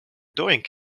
doing